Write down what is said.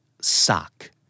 sock